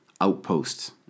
outposts